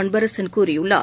அன்பரசன் கூறியுள்ளார்